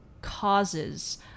causes